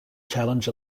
challenge